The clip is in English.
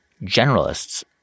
generalists